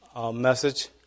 message